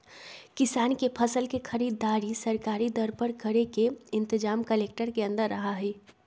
किसान के फसल के खरीदारी सरकारी दर पर करे के इनतजाम कलेक्टर के अंदर रहा हई